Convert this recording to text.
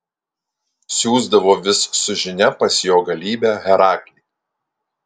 siųsdavo vis su žinia pas jo galybę heraklį